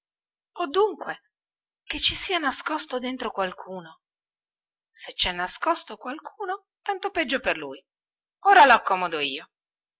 o dunque che ci sia nascosto dentro qualcuno se cè nascosto qualcuno tanto peggio per lui ora laccomodo io